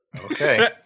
okay